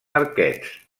arquets